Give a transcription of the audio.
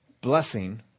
blessing